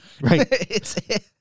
Right